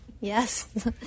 Yes